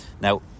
now